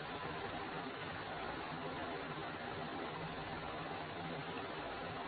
ಈಗ RL10 Ω ಅಥವಾ 6 Ωಎಂದು ಬದಲಾಯಿಸಿದರೆ iL VThevenin RThevenin RL ಇಲ್ಲಿ VThevenin ಮತ್ತು RThevenin ಬಲಾಗುವುದಿಲ್ಲ ಕೇವಲ RL ಬದಲಾಗುತ್ತದೆ